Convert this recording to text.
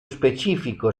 specifico